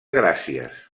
gràcies